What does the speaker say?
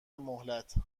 مهلت